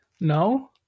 No